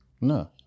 No